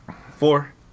Four